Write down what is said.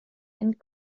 and